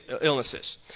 illnesses